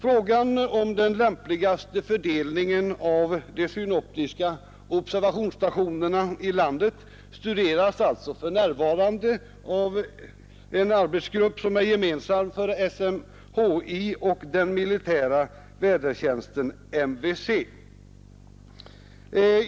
Frågan om den lämpligaste fördelningen av de synoptiska observationsstationerna i landet studeras alltså för närvarande av en arbetsgrupp som är gemensam för SMHI och den militära vädertjänsten MVC.